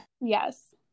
Yes